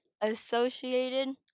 associated